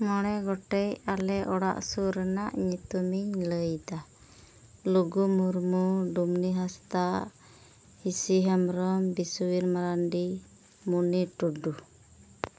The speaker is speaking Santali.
ᱢᱚᱬᱮ ᱜᱴᱮᱱ ᱟᱞᱮ ᱚᱲᱟᱜ ᱥᱩᱨ ᱨᱮᱱᱟᱜ ᱧᱩᱛᱩᱢ ᱤᱧ ᱞᱟᱹᱭᱮᱫᱟ ᱞᱩᱜᱩ ᱢᱩᱨᱢᱩ ᱰᱩᱢᱱᱤ ᱦᱟᱸᱥᱫᱟ ᱦᱤᱸᱥᱤ ᱦᱮᱢᱵᱨᱚᱢ ᱵᱤᱥᱥᱩᱭᱤᱞ ᱢᱟᱨᱟᱱᱰᱤ ᱢᱚᱱᱤ ᱴᱩᱰᱩ